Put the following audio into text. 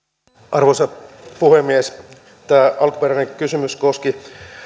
arvoisa puhemies tämä alkuperäinen kysymys koski